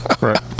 Right